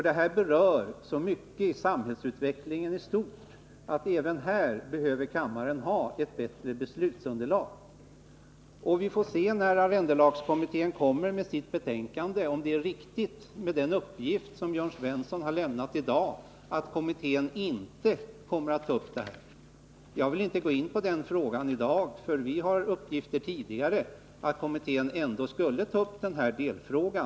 Detta berör så mycket i samhällsutvecklingen i stort att kammaren även här behöver ha ett bättre beslutsunderlag. Vi får när arrendelagskommittén avlämnar sitt betänkande se om uppgiften att kommittén inte kommer att ta upp denna fråga, som Jörn Svensson i dag har lämnat, är riktig. Jag vill i dag inte gå in på detta. I utskottet har vi uppgifter sedan tidigare om att kommittén skulle ta upp denna delfråga.